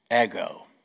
Ego